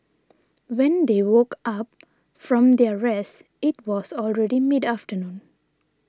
when they woke up from their rest it was already mid afternoon